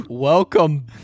Welcome